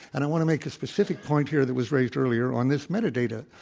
and i want to make a specific point here that was raised earlier on this metadata.